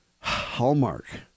Hallmark